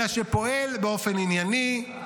-- אלא שפועל באופן ענייני,